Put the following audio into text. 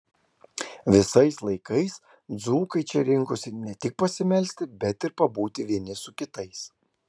visais laikais dzūkai čia rinkosi ne tik pasimelsti bet ir pabūti vieni su kitais